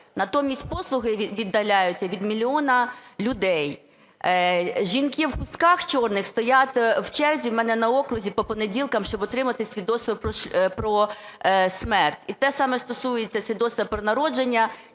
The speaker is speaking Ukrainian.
Натомість послуги віддаляються від мільйона людей. Жінки в хустках чорних стоять в черзі в мене на окрузі по понеділках, щоб отримати свідоцтво про смерть, і те саме стосується свідоцтва про народження,